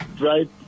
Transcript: right